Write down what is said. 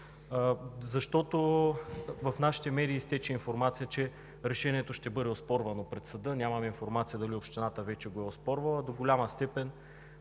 защото в нашите медии изтече информация, че решението ще бъде оспорвано пред съда. Нямаме информация дали общината вече го е оспорвала. До голяма степен